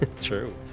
True